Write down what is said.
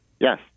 Yes